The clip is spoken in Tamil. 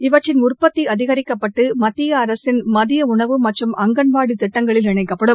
இவற்றின் உற்பத்தி அதிகரிக்கப்பட்டு மத்திய அரசின் மதிய உணவு மற்றம் அங்கன்வாடி திட்டங்களில் இணைக்கப்படும்